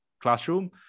classroom